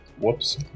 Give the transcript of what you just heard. Whoops